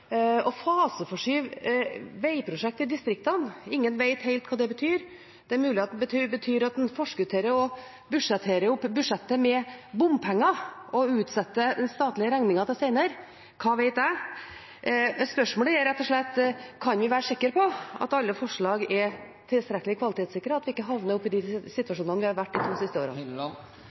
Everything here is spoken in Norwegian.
å faseforskyve veiprosjekt i distriktene. Ingen vet helt hva det betyr. Det er mulig det betyr at en forskutterer og budsjetterer med bompenger og utsetter den statlige regningen til senere – hva vet jeg. Spørsmålet er rett og lett: Kan vi være sikker på at alle forslag er tilstrekkelig kvalitetssikret, og at vi ikke havner i den situasjonen vi har vært i de siste årene?